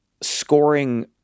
scoring